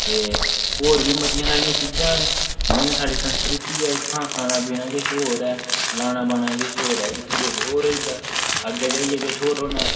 ते होर बी मतियां सारियां चीजां न जियां स्हाड़ी संस्कृति ऐ उत्थुं दा खाना पीना किश होर ऐ लाना बाना किश होर ऐ इत्थें किश होर होई जंदा अग्गें जाइयै किश होर होना